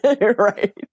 right